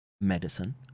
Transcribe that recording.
medicine